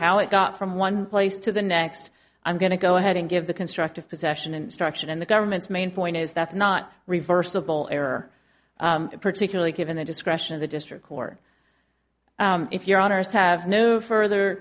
how it got from one place to the next i'm going to go ahead and give the constructive possession instruction and the government's main point is that's not reversible error particularly given the discretion of the district court if your honour's have no further